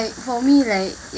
like for me like